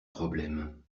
problème